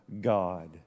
God